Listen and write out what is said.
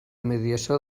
mediació